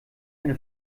eine